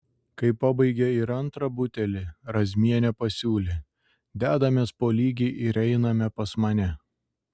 kai pabaigė ir antrą butelį razmienė pasiūlė dedamės po lygiai ir einame pas mane